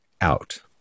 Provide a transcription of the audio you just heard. out